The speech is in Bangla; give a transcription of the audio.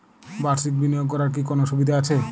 বাষির্ক বিনিয়োগ করার কি কোনো সুবিধা আছে?